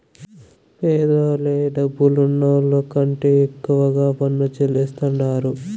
పేదోల్లే డబ్బులున్నోళ్ల కంటే ఎక్కువ పన్ను చెల్లిస్తాండారు